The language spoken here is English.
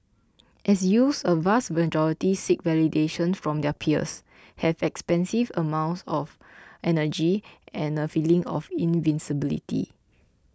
as youths a vast majority seek validation from their peers have expansive amounts of energy and a feeling of invincibility